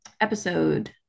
episode